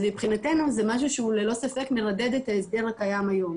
אז מבחינתנו זה משהו שהוא ללא ספק מרדד את ההסדר הקיים היום,